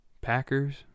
Packers